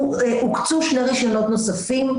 הוקצו שני רשיונות נוספים.